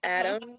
Adam